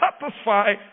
satisfy